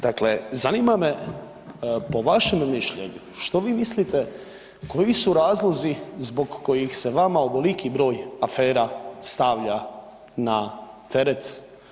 Dakle, zanima me, po vašem mišljenju što vi mislite koji su razlozi zbog kojih se vama ovoliki broj afera stavlja na teret?